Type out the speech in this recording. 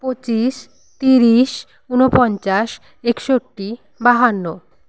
পঁচিশ তিরিশ ঊনপঞ্চাশ একষট্টি বাহান্ন